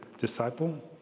disciple